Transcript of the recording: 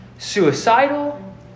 suicidal